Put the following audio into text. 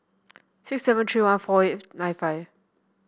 six seven three one four eight nine five